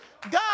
God